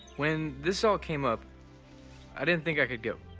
when this all came up i didn't think i could go.